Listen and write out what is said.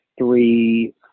three